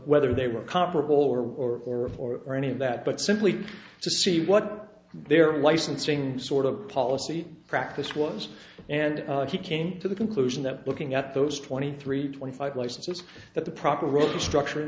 whether they were comparable or or or or or any of that but simply to see what their licensing sort of policy practice was and he came to the conclusion that looking at those twenty three twenty five licenses that the proper role of the structure in